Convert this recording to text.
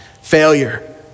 Failure